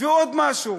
ועוד משהו,